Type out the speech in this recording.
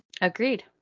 agreed